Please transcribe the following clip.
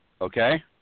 Okay